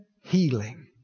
healing